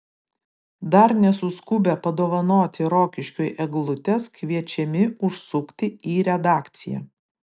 dar nesuskubę padovanoti rokiškiui eglutės kviečiami užsukti į redakciją